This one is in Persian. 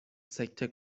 سکته